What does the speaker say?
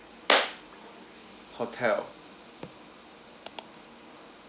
hotel